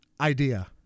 idea